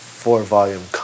four-volume